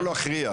לא להכריח,